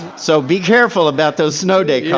so be careful about those snow day yeah